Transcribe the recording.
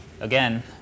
again